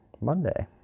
Monday